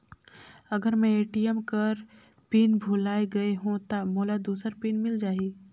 अगर मैं ए.टी.एम कर पिन भुलाये गये हो ता मोला दूसर पिन मिल जाही?